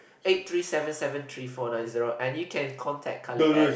eight three seven seven three four nine zero and you can contact Khalid at